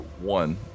one